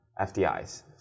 FDIs